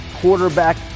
quarterback